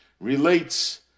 relates